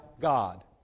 God